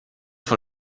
vor